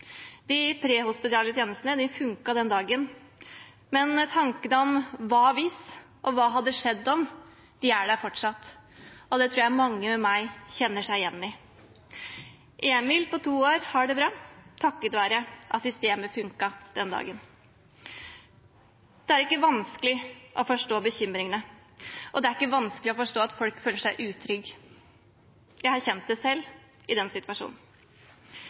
De prehospitale tjenestene funket den dagen. Men tankene om «hva hvis» og «hva hadde skjedd om» er der fortsatt. Det tror jeg mange med meg kjenner seg igjen i. Emil på to år har det bra takket være at systemet funket den dagen. Det er ikke vanskelig å forstå bekymringene, og det er ikke vanskelig å forstå at folk føler seg utrygge. Jeg kjente det selv i den situasjonen.